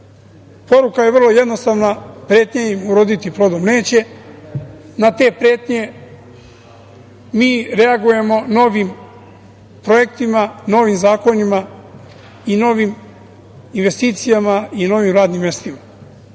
većina. Poruka je vrlo jednostavna – pretnje im uroditi plodom neće. Na te pretnje mi reagujemo novim projektima, novim zakonima i novim investicijama i novim radnim mestima.